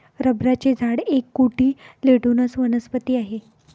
रबराचे झाड एक कोटिलेडोनस वनस्पती आहे